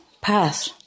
path